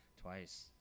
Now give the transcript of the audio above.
Twice